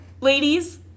ladies